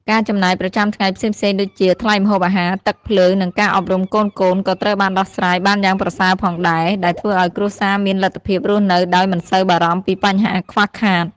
ការចំណាយប្រចាំថ្ងៃផ្សេងៗដូចជា ថ្លៃម្ហូបអាហារ ទឹក ភ្លើង និងការអប់រំកូនៗ ក៏ត្រូវបានដោះស្រាយបានយ៉ាងប្រសើរផងដែរ ដែលធ្វើឱ្យគ្រួសារមានលទ្ធភាពរស់នៅដោយមិនសូវបារម្ភពីបញ្ហាខ្វះខាត។